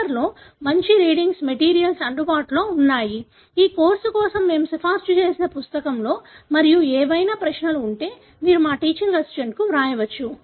పేపర్లో మంచి reading materials అందుబాటులో ఉన్నాయి ఈ కోర్సు కోసం మేము సిఫార్సు చేసిన పుస్తకంలో మరియు ఏవైనా ప్రశ్నలు ఉంటే మీరు మా టీచింగ్ అసిస్టెంట్కు వ్రాయవచ్చు